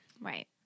Right